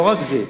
לא רק זה,